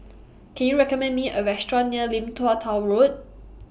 Can YOU recommend Me A Restaurant near Lim Tua Tow Road